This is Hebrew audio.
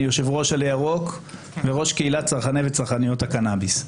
אני יושב-ראש עלה ירוק וראש קהילת צרכני וצרכניות הקנאביס.